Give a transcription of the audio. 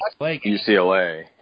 UCLA